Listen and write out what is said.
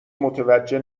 متوجه